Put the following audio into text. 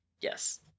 yes